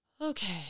okay